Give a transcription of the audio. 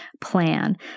plan